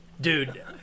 dude